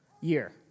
year